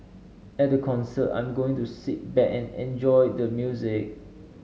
at the concert I'm going to sit back and enjoy the music